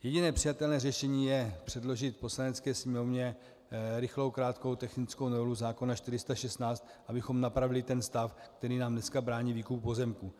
Jediné přijatelné řešení je předložit Poslanecké sněmovně rychlou krátkou technickou novelu zákona 416, abychom napravili stav, který nám dneska brání ve výkupu pozemků.